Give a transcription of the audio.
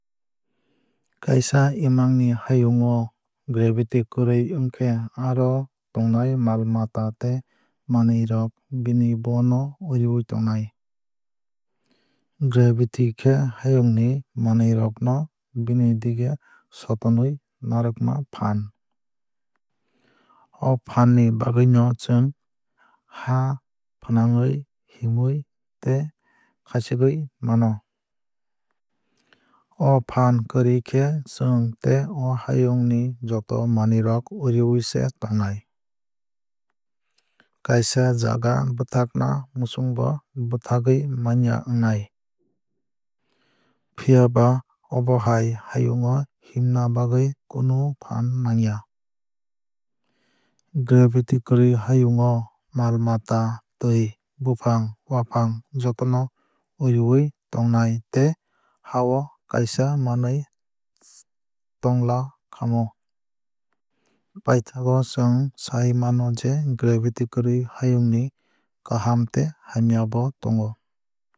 Kaisa imang ni hayung o gravity kwrwui wngkhe aro tongnai mal mata tei manwui rok bini bo no urwui tongnai. Gravity khe hayung ni manwui rok no bini dige sotonwui narakma phaan. O phaan ni bagwui no chwng ha fwnangwui himwui tei khachigwui mano. O phaan kwrwui khe chwng tei o hayung ni joto manwui rok urwui se tongnai. Kaisa jaga bwthakna muchung bo bwthagwui manya wngkhamu. Phiaba obo hai hayung o himna bagwui kunu phaan nangya. Gravity kwrwui hayung o mal mata twui bufang wafang jotono uriwui tongnai tei ha o kaisa manwui tonglakhamu. Piathago chwng sai mano je gravity kwrwui hayung ni kaham tei hamya bo tongo.